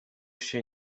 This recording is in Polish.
się